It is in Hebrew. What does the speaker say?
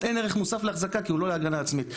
אין ערך מוסף להחזקה כי הוא לא להגנה עצמית.